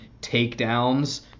takedowns